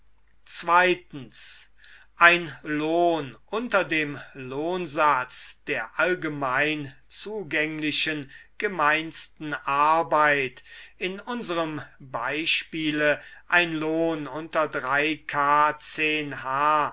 ein lohn unter dem lohnsatz der allgemein zugäng liehen gemeinsten arbeit in unserem beispiele ein lohn unter k h